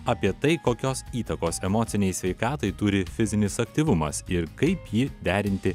apie tai kokios įtakos emocinei sveikatai turi fizinis aktyvumas ir kaip jį derinti